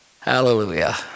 Hallelujah